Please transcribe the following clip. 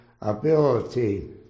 ability